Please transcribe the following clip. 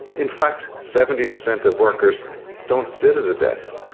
in fact, seventy percent of workers don't sit at a desk.